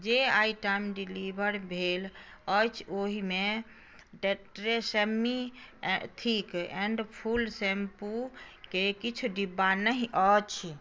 जे item deliver भेल अछि ओहिमे ट्रेसेम्मी थिक एंड फुल शैम्पूके किछु डिब्बा नहि अछि